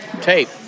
tape